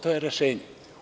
To je rešenje.